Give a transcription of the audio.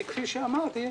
כפי שאמרתי,